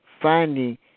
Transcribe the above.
finding